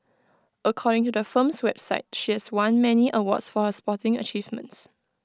according to her firm's website she has won many awards for her sporting achievements